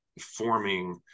forming